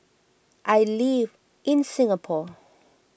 I live in Singapore